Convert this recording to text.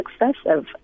excessive